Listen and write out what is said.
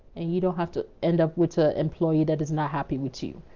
and, you don't have to end up with an employee that is not. happy with you.